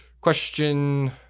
Question